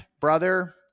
brother